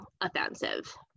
offensive